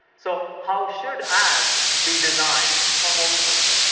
so how should ads be designed for mobile-first?